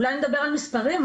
אולי נדבר על מספרים.